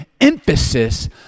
emphasis